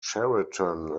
cheriton